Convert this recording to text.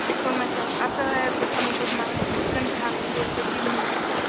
for myself, after i have become a good man, then perhaps you will forgive me, too.